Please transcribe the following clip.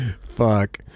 Fuck